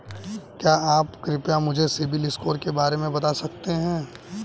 क्या आप कृपया मुझे सिबिल स्कोर के बारे में बता सकते हैं?